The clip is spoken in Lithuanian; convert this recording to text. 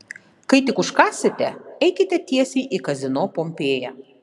kai tik užkąsite eikite tiesiai į kazino pompėja